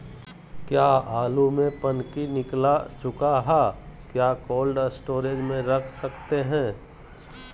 क्या आलु में पनकी निकला चुका हा क्या कोल्ड स्टोरेज में रख सकते हैं?